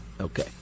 Okay